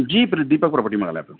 जी प्र दीपक प्रोपर्टी मां ॻाल्हायां पियो